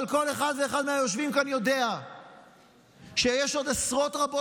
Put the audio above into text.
אבל כל אחד ואחד מהיושבים כאן יודע שיש עוד עשרות